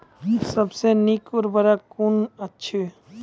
सबसे नीक उर्वरक कून अछि?